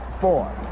four